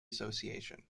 association